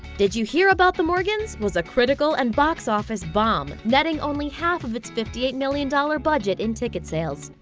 did you hear about the morgans? was a critical and box office bomb, netting only half of its fifty eight million dollars budget in ticket sales.